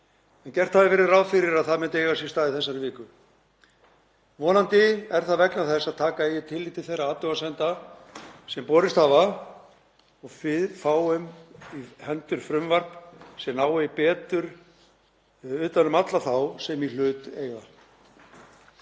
en gert hafði verið ráð fyrir að það myndi eiga sér stað í þessari viku. Vonandi er það vegna þess að taka eigi tillit til þeirra athugasemda sem borist hafa og við fáum í hendur frumvarp sem nái betur utan um alla þá sem í hlut eiga.